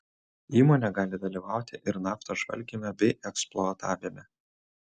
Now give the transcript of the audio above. įmonė gali dalyvauti ir naftos žvalgyme bei eksploatavime